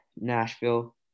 Nashville